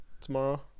tomorrow